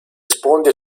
sponde